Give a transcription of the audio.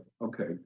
Okay